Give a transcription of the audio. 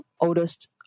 oldest